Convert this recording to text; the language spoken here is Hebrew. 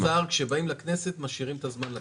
--- כשבאים לכנסת, משאירים את הזמן לכנסת.